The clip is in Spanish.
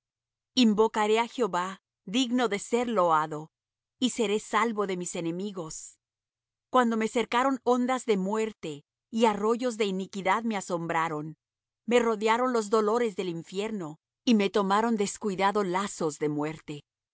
invocaré á jehová digno de ser loado y seré salvo de mis enemigos cuando me cercaron ondas de muerte y arroyos de iniquidad me asombraron me rodearon los dolores del infierno y me tomaron descuidado lazos de muerte